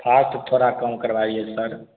fast थोड़ा काम करवाइए सर